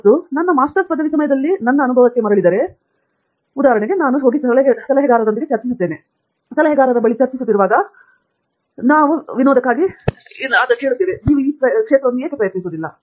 ಮತ್ತು ನನ್ನ ಮಾಸ್ಟರ್ಸ್ ಪದವಿ ಸಮಯದಲ್ಲಿ ನನ್ನ ಅನುಭವಕ್ಕೆ ಮರಳಿದೆ ಉದಾಹರಣೆಗೆ ನಾನು ಹೋಗಿ ಸಲಹೆಗಾರರೊಂದಿಗೆ ಚರ್ಚಿಸುತ್ತೇನೆ ಮತ್ತು ನಾವು ಸಲಹೆಗಾರನ ಬಳಿ ಚರ್ಚಿಸುತ್ತಿರುವಾಗ ನಾವು ಅದನ್ನು ವಿನೋದಕ್ಕಾಗಿ ಏಕೆ ಪ್ರಯತ್ನಿಸುವುದಿಲ್ಲ